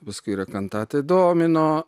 paskui yra kantatai domino